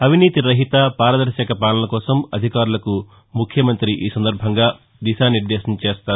అవినీతి రహిత పారదర్శక పాలన కోసం అధికారులకు ముఖ్యమంతి దిశానిర్దేశం చేస్తారు